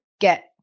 get